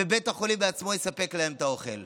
ובית החולים בעצמו יספק להם את האוכל.